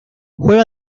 juega